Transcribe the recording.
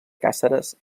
càceres